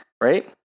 right